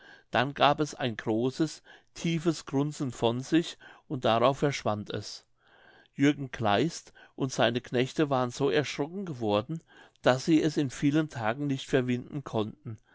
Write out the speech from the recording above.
dann gab es ein großes tiefes grunzen von sich und darauf verschwand es jürgen kleist und seine knechte waren so erschrocken geworden daß sie es in vielen tagen nicht verwinden konnten